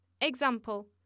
Example